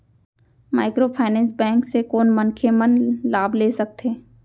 Microfinance bank से कोन मनखे मन लाभ ले सकथे?